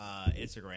Instagram